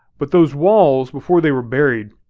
but those walls, before they were buried,